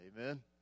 Amen